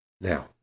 now